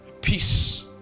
Peace